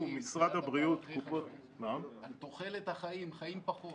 על תוחלת החיים חיים פחות.